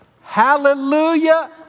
Hallelujah